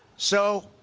so,